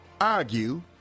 argue